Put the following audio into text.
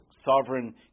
sovereign